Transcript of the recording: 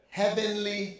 heavenly